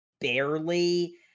barely